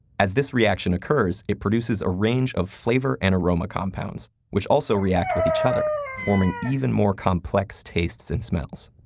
as this reaction occurs, it produces a range of flavor and aroma compounds, which also react with each other, forming even more complex tastes and smells.